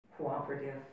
cooperative